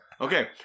Okay